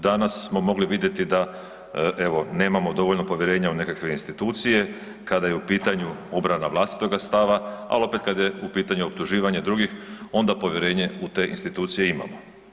Danas smo mogli vidjeti da, evo, nemamo dovoljno povjerenja u nekakve institucije kada je u pitanju obrana vlastitoga stava, ali opet, kad je u pitanju optuživanje drugih, onda povjerenje u te institucije imamo.